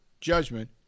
judgment